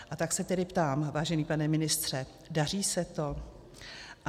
A tak se tedy ptám, vážený pane ministře daří se to?